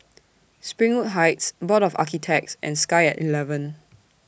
Springwood Heights Board of Architects and Sky At eleven